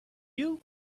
you